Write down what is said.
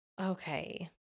Okay